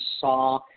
saw